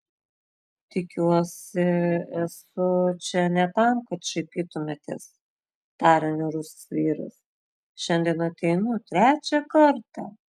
tikiuosi esu čia ne tam kad šaipytumėtės tarė niūrusis vyras šiandien ateinu trečią kartą